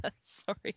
Sorry